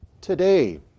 today